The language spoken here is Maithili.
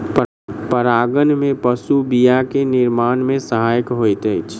परागन में पशु बीया के निर्माण में सहायक होइत अछि